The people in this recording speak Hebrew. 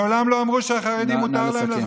מעולם לא אמרו שלחרדים, נא לסכם.